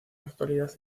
actualidad